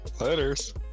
Letters